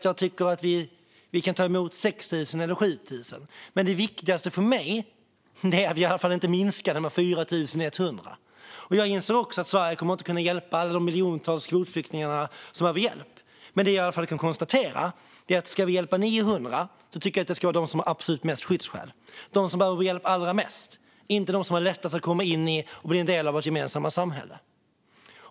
Jag tycker att vi kan ta emot 6 000 eller 7 000, men det viktigaste för mig är att vi i alla fall inte minskar antalet med 4 100. Jag inser också att Sverige inte kommer att kunna hjälpa alla de miljontals kvotflyktingar som behöver hjälp, men jag kan i alla fall konstatera att om vi ska hjälpa 900 tycker jag att det ska vara de som har absolut störst skyddsskäl och behöver hjälp allra mest, inte de som har lättast att komma in i och bli en del av vårt gemensamma samhälle.